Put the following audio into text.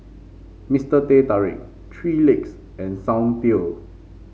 Mister Teh Tarik Three Legs and Soundteoh